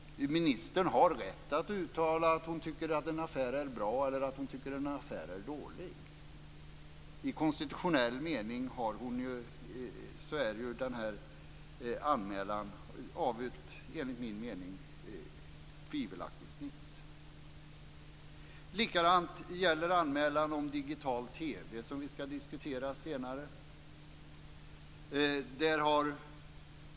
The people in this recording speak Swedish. Ministern har rätt att uttala att hon tycker att en affär är bra eller att hon tycker att en affär är dålig. I konstitutionell mening är denna anmälan tvivelaktig, anser jag. Samma sak gäller anmälan om digital TV, som vi skall diskutera senare.